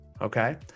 Okay